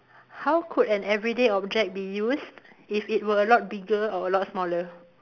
how could an everyday object be used if it were a lot bigger or a lot smaller